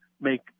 make